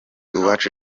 uwacu